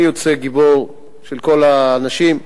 אני יוצא גיבור של כל האנשים,